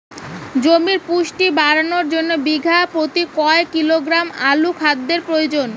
জমির পুষ্টি বাড়ানোর জন্য বিঘা প্রতি কয় কিলোগ্রাম অণু খাদ্যের প্রয়োজন?